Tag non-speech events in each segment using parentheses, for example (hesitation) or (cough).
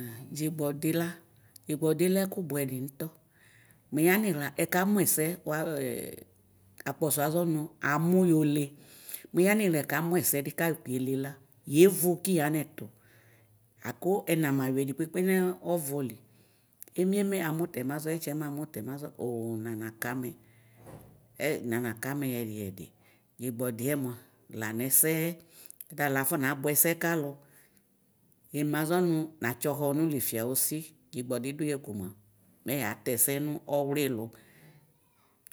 A dʒigbɔdɩ la dʒɩgbɔdɩ lɛbɛkʋbʋɛ dɩ ntɔ mʋ yanɩxla ɛkamʋ ɛsɛ bʋa (hesitation) akpɔsɔ aʒɔ nʋ amʋ yole mʋ yanɩxla ɛkamʋ ɛsɛdɩ kayɔ kele la yevo kɩyanɛtʋ aka ɛna mayɩ ɛdɩ kpekpe nɔvɔlɩ emie mɛ amʋtɛ maʒɔ ɛtsɛ mɛ amʋtɛ maʒɔ oo nanaxa amɛ ɛ nana kamɛ yɛdi yɛdɩ dʒɩgbɔdɩɛ mʋa lanɛ ɛsɛ yɛ tala afɔ nabʋɛ ɛsɛ kalʋ ema aʒɔ nʋ natsɔ xɔnʋ le fɩawo sɩ dʒɩgbɔdɩ dʋ yɛ ko mʋa mɛ yatɛ ɛsɛ nʋ ɔwlɩ lʋ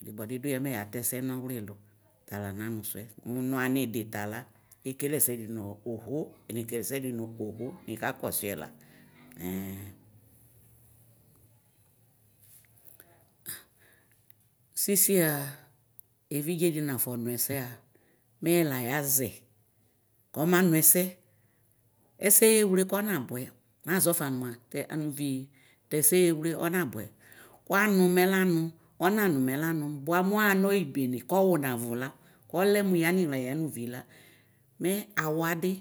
dʒɩgbɔdɩ dʋyɛ mɛ yatɛ esɛ nɔwlɩ lʋ tala nanʋsʋɛ mʋ nɔ anɩdɩ tala ekele ɛsɛdɩ nɔ oho ɛnekele ɛsɛdɩ nɔ oho nɩka kɔsʋ yɛla ɛɛ sisia evidʒedɩ nafɔ nʋ ɛsɛa mɛ yɛla yaʒɛ kɔma nʋ ɛsɛ ɛsɛ yewke kɔmabʋɛ yaʒɔfa nʋ mʋa tɛɛ anʋvɩ tɛɛsɛ ɛyewle ɔnabʋɛ kʋanʋ mɛ lanʋ ɔnanʋ mɛ lanʋ bʋamʋ ɔyaxa nɛyɩ bene kɔwʋnavʋ la kɔlɛ mʋ yanʋvɩ la mɛ awadɩ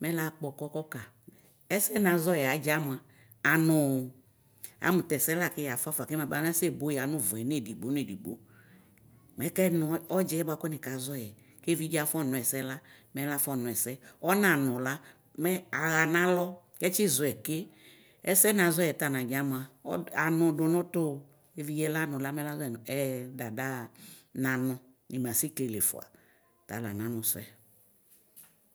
malakpɔ kɔkɔ ka ɛsɛ naʒɔyɛvadza mʋa anʋʋ amʋ tɛɛsɛ lakʋ yafʋafa kɛmabana sɛbo yanʋvʋɛ nedigbo nedigbo mɛkɛ nʋ ɔdʒɩɛ bʋakʋ nɩkaʒɔ yɛ kevidʒɛ afɔnʋ ɛsɛ la mɛ lafɔ nʋ ɛsɛ ɔnanʋ la mɛ axa nalɔ kɛ tsɩʒɔɛ kɛ ɛsɛ naʒɔ yɛ tanadʒa mʋa ɔdʋ anʋ dʋnʋ ʋtʋ kevidʒe lanʋ la mɛ laʒɔɛ nʋ ɛɛ nanʋ dada naʋ nimasi kele fʋa tala nanʋ sʋe.